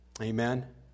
Amen